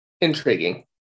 intriguing